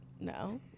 no